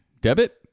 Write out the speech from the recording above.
debit